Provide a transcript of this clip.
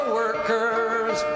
workers